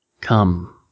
Come